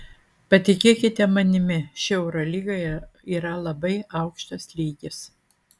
patikėkite manimi ši eurolyga yra labai aukštas lygis